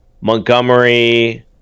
Montgomery